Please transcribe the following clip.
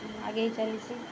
ଆଗେଇ ଚାଲିଛି